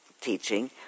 teaching